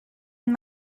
and